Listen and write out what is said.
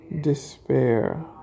despair